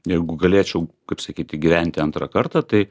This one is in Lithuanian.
jeigu galėčiau kaip sakyti gyventi antrą kartą tai